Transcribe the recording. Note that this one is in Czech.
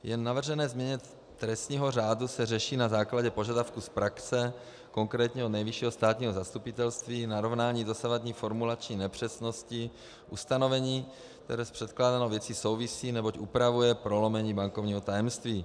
Jen navržené změny trestního řádu se řeší na základě požadavků z praxe, konkrétně u Nejvyššího státního zastupitelství narovnání dosavadních formulačních nepřesností, ustanovení, které s předkládanou věcí souvisí, neboť upravuje prolomení bankovního tajemství.